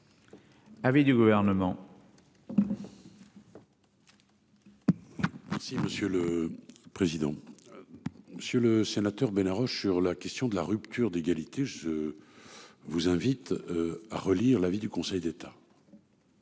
Avis du gouvernement. Merci monsieur le président. Monsieur le Sénateur ben arrogent sur la question de la rupture d'égalité je. Vous invite à relire l'avis du Conseil d'État.